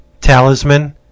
Talisman